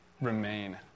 remain